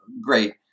great